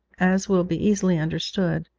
as will be easily understood,